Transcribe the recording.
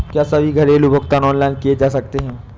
क्या सभी घरेलू भुगतान ऑनलाइन किए जा सकते हैं?